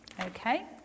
okay